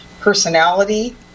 personality